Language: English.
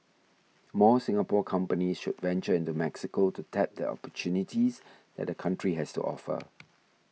more Singapore companies should venture into Mexico to tap the opportunities that the country has to offer